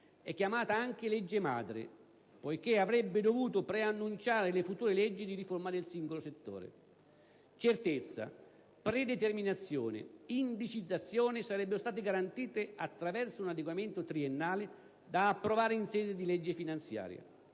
È chiamata anche "legge madre", poiché avrebbe dovuto preannunciare le future leggi di riforma del singolo settore. Certezza, predeterminazione, indicizzazione sarebbero state garantite attraverso un adeguamento triennale, da approvare in sede di legge finanziaria.